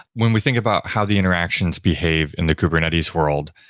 when we think about how the interactions behave in the kubernetes world,